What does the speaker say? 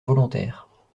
volontaire